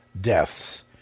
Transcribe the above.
deaths